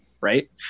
right